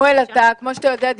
כמו שאתה יודע,